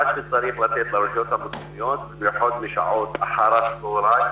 מה שצריך לתת לרשויות המקומיות זה --- משעות אחר הצהריים